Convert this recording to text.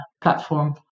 platform